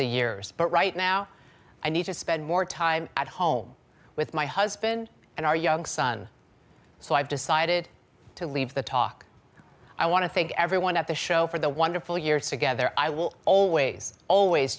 the years but right now i need to spend more time at home with my husband and our young son so i've decided to leave the talk i want to thank everyone at the show for the wonderful years together i will always always